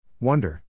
Wonder